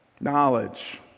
knowledge